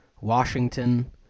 Washington